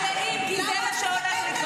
מלאים, אבל למה את מסתכלת עליי?